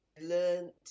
learned